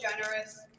generous